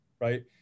right